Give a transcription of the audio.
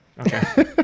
Okay